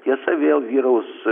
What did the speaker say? tiesa vėl vyraus